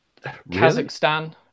Kazakhstan